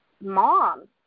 mom